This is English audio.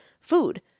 food